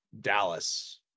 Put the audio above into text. Dallas